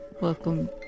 welcome